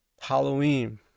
Halloween